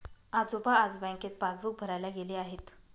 आजोबा आज बँकेत पासबुक भरायला गेले आहेत